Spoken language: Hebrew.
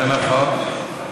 כן, נכון.